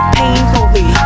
painfully